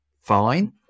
fine